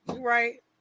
Right